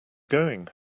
going